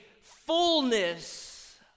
fullness